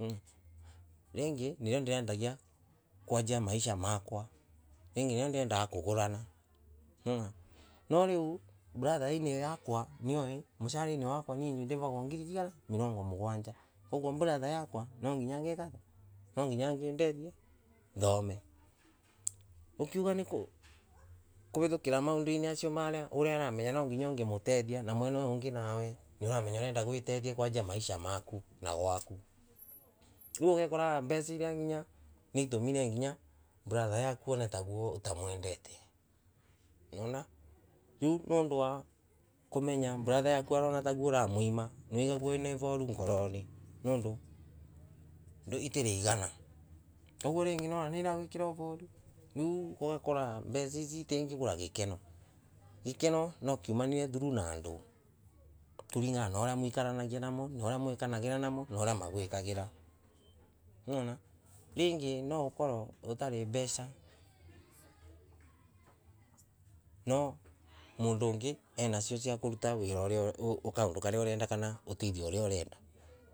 mmh ringi nirio ndirendaga kwanjia Maisha makwa, ringi nirio ndirendaga kugurana niwona! No riu brother iyo yakwa nioe mucaraini wakwa ndiragwa ngiri miringo mugwanja, kogwo brother yakwa nwanginya angeka atia, nwanginya angindethia nthome. Ukiuga nikuritukira maunduri acio maria uria aramenya nonginya ungimutethia na mwena uyu wingi nake uramenya urenda gwitethia kwanjia Maisha maku na gwaku. Riu ugekora mbeca iria nginyagia niitumire nginya brother yaku one takwa utamwendete niwona, riu nondu wa kumenya brother yaku arona takwo uramwima, niwecorwa ni iroru ngorori nondu itiri igana koguo ringi niwona niiragwikira ivoru ngorori, riiu ugakora mbeca icii itingigura gikero, gikero nwakiumanire through na andu, kuringana na uria muikaranagia na andu uria muikanagira namo na uria maguikagira niwona, ringi noukorwo utari na mbeca no mundu wingi ena mbeca cia guika undu uria, kaundu karia kana utethiauria urenda.